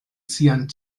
sian